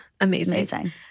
Amazing